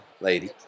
lady